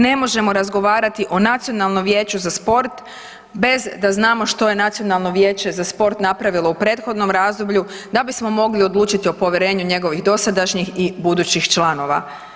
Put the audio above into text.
Ne možemo razgovarati o Nacionalnom vijeću za sport bez da znamo što je Nacionalno vijeće za sport napravilo u prethodnom razdoblju da bismo mogli odlučiti o povjerenju njegovih dosadašnjih i budućih članova.